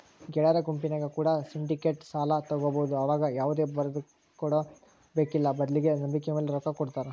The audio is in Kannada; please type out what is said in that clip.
ಗೆಳೆಯರ ಗುಂಪಿನ್ಯಾಗ ಕೂಡ ಸಿಂಡಿಕೇಟೆಡ್ ಸಾಲ ತಗಬೊದು ಆವಗ ಯಾವುದೇ ಬರದಕೊಡದು ಬೇಕ್ಕಿಲ್ಲ ಬದ್ಲಿಗೆ ನಂಬಿಕೆಮೇಲೆ ರೊಕ್ಕ ಕೊಡುತ್ತಾರ